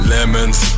Lemons